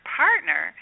partner